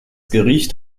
gericht